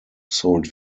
sold